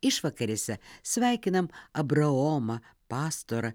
išvakarėse sveikinam abraomą pastorą